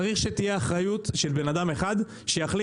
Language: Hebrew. צריך שתהיה אחריות של בן אדם אחד שיחליט,